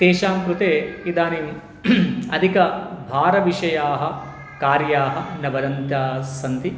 तेषां कृते इदानीम् अधिकभारविषयाः कार्याः न वदन्तास्सन्ति